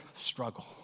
struggle